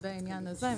לגבי העניין הזה.